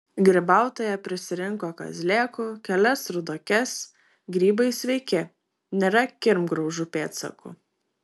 grybautoja prisirinko kazlėkų kelias ruduokes grybai sveiki nėra kirmgraužų pėdsakų